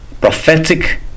prophetic